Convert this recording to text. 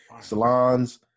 Salons